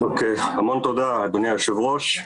אדוני היושב-ראש,